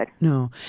No